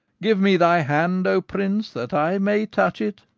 give me thy hand, o prince, that i may touch it,